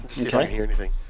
Okay